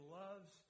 loves